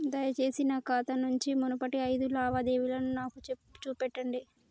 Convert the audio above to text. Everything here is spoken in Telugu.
దయచేసి నా ఖాతా నుంచి మునుపటి ఐదు లావాదేవీలను నాకు చూపెట్టండి